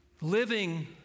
Living